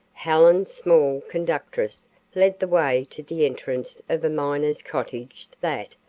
helen's small conductress led the way to the entrance of a miner's cottage that,